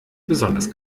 besonders